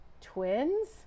twins